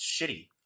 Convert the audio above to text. shitty